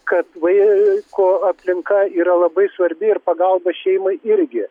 kad vaiko aplinka yra labai svarbi ir pagalba šeimai irgi